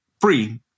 free